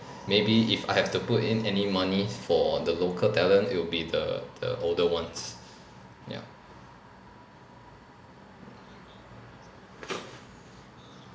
maybe if I have to put in any money for the local talent it will be the the older ones ya